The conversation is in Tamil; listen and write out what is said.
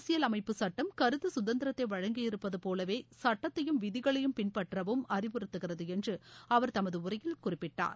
அரசியல் அமைப்புச் சட்டம் கருத்து சுதந்திரத்தை வழங்கி இருப்பது போலவே சட்டத்தையும் விதிகளையும் பின்பற்றவும் அறிவுறுத்துகிறது என்று அவர் தமது உரையில் குறிப்பிட்டார்